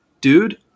dude